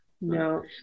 No